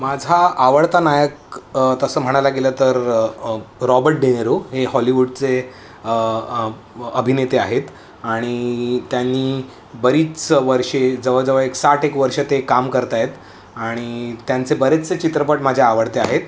माझा आवडता नायक तसं म्हणायला गेलं तर रॉबट डे नरो हे हॉलिवूडचे अभिनेते आहेत आणि त्यांनी बरीच वर्षे जवळजवळ एक साठ एक वर्ष ते काम करत आहेत आणि त्यांचे बरेचसे चित्रपट माझ्या आवडते आहेत